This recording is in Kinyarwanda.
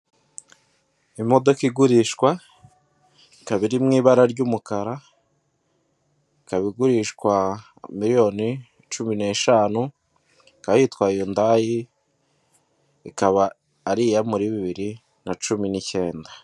Imodoka igurishwa, ikaba iri mu ibara ry'umukara, ikaba igurishwa, miliyoni cumi n'eshanu, jkaba yitwa Hyundai, ikaba ari iya muri bibiri na cumi n'ikenda.